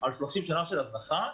על 30 שנים של הזנחה.